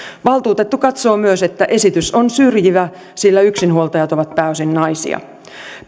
valtuutettu katsoo myös että esitys on syrjivä sillä yksinhuoltajat ovat pääosin naisia